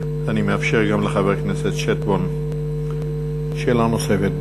אני מאפשר גם לחבר הכנסת שטבון שאלה נוספת.